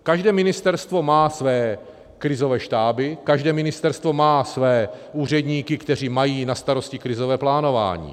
Každé ministerstvo má své krizové štáby, každé ministerstvo má své úředníky, kteří mají na starosti krizové plánování.